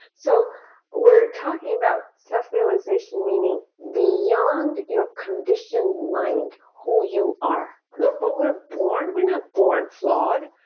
so we're talking about self-realization meaning beyond your conditioned mind, who you are. when we're born we're not born flawed.